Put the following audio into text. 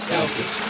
Selfish